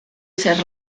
ser